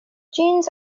jeans